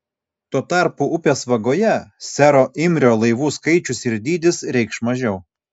tuo tarpu upės vagoje sero imrio laivų skaičius ir dydis reikš mažiau